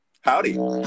howdy